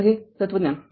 तर हे तत्वज्ञान आहे